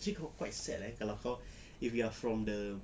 actually quite sad eh kalau kau if you're from the